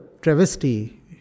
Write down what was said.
travesty